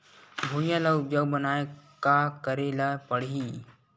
भुइयां ल उपजाऊ बनाये का करे ल पड़ही?